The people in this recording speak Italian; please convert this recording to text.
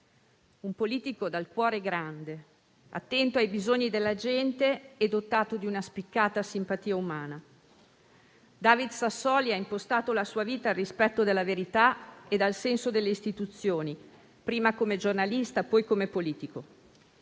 un politico dal cuore grande, attento ai bisogni della gente e dotato di una spiccata simpatia umana. David Sassoli ha impostato la sua vita al rispetto della verità e al senso delle Istituzioni, prima come giornalista, poi come politico.